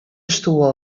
stoel